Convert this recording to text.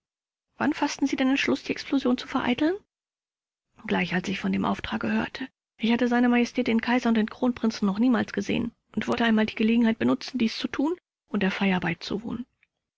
wann faßten sie den entschluß die explosion zu vereiteln rupsch gleich als ich von dem auftrage hörte ich hatte se majestät den kaiser und den kronprinzen noch niemals gesehen und wollte einmal die gelegenheit benutzen dies zu tun und der feier beizuwohnen